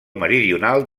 meridional